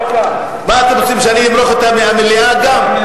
מה אתם רוצים, שאני אמרח את המליאה גם?